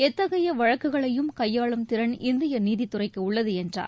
எத்தகைய வழக்குகளையும் கையாளும் திறன் இந்திய நீதித்துறைக்கு உள்ளது என்றார்